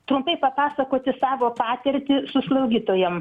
trumpai papasakoti savo patirtį su slaugytojom